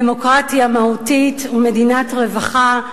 דמוקרטיה מהותית ומדינת רווחה,